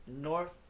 North